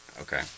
Okay